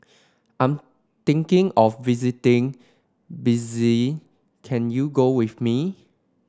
I'm thinking of visiting can you go with me